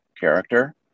character